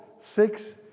six